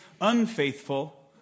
unfaithful